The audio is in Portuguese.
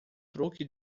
truque